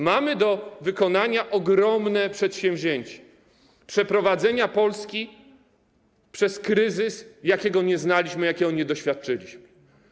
Mamy do zrealizowania ogromne przedsięwzięcie przeprowadzenia Polski przez kryzys, jakiego nie znaliśmy, jakiego nie doświadczyliśmy.